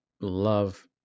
love